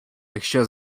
якщо